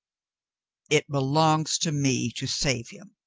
it belongs to me to save him,